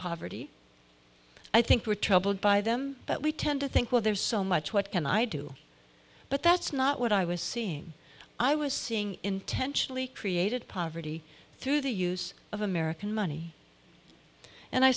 poverty i think we're troubled by them but we tend to think well there's so much what can i do but that's not what i was seeing i was seeing intentionally created poverty through the use of american money and i